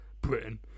Britain